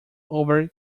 over